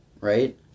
right